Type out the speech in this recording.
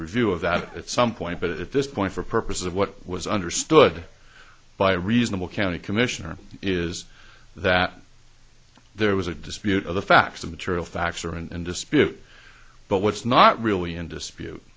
review of that at some point but at this point for purposes of what was understood by reasonable county commissioner is that there was a dispute of the facts of material facts are and dispute but what's not really in dispute